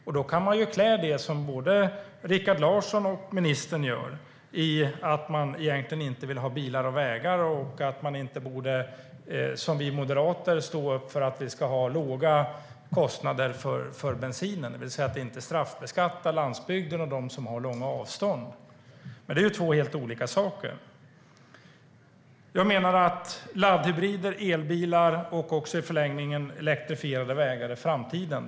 Man kan klä det, vilket både Rikard Larsson och ministern gör, i att man egentligen inte vill ha bilar och vägar och att man inte, som vi moderater, borde stå upp för att vi ska ha låga kostnader för bensinen, det vill säga att inte straffbeskatta landsbygden och dem som har långa avstånd. Men det är två helt olika saker. Jag menar att laddhybrider, elbilar och i förlängningen elektrifierade vägar är framtiden.